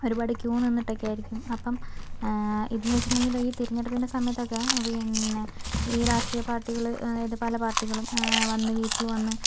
ഒരുപാട് ക്യു നിന്നിട്ടൊക്കെയായിരിക്കും അപ്പം ഇതെന്ന് വെച്ചിട്ടുണ്ടെങ്കിൽ ഈ തെരഞ്ഞെടുപ്പിന്റെ സമയത്തൊക്കെ പിന്നെ ഈ രാഷ്ട്രീയ പാർട്ടികൾ അതായത് പല പാർട്ടികളും വന്നു വീട്ടിൽ വന്നു